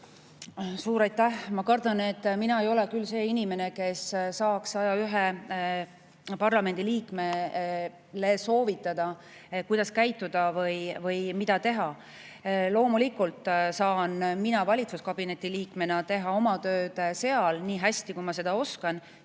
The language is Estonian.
Suur aitäh! Ma kardan, et mina ei ole küll see inimene, kes saaks 101 parlamendiliikmele soovitada, kuidas käituda või mida teha. Loomulikult saan mina valitsuskabineti liikmena teha oma tööd nii hästi, kui ma oskan,